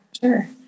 sure